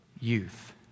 youth